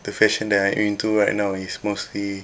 the fashion I'm into right now is mostly